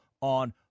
on